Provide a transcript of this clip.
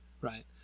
Right